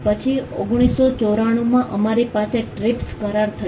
પછી 1994 માં અમારી સાથે ટ્રીપ્સ કરાર થયો